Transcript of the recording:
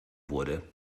wurde